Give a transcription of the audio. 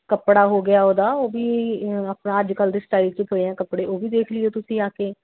ਕੱਪੜਾ ਹੋ ਗਿਆ ਉਹਦਾ ਉਹ ਵੀ ਆਪਣਾ ਅੱਜ ਕੱਲ੍ਹ ਦੇ ਸਟਾਈਲ 'ਚ ਪਏ ਹੈ ਉਹ ਵੀ ਦੇਖ ਲਿਓ ਤੁਸੀਂ ਆ ਕੇ